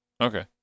okay